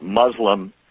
Muslim